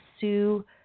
sue